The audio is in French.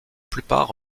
plupart